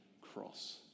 cross